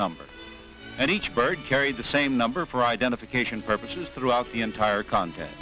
numbers and each bird carried the same number for identification purposes throughout the entire content